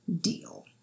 deal